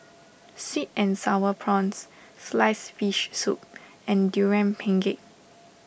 Sweet and Sour Prawns Sliced Fish Soup and Durian Pengat